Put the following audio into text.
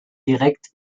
direkt